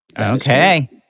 Okay